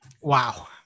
wow